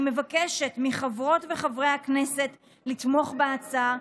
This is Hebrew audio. אני מבקשת מחברות וחברי הכנסת לתמוך בהצעה,